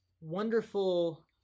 wonderful